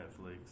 Netflix